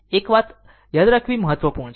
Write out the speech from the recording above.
એક વાત યાદ રાખવી મહત્વપૂર્ણ છે